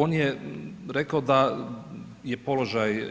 On je rekao da je položaj